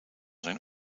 zijn